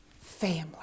family